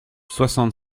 soixante